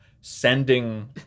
Sending